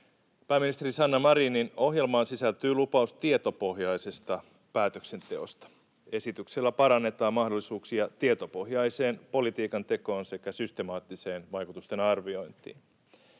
Pääministeri Sanna Marinin ohjelmaan sisältyy lupaus tietopohjaisesta päätöksenteosta. Esityksellä parannetaan mahdollisuuksia tietopohjaiseen politiikan tekoon sekä systemaattiseen vaikutustenarviointiin.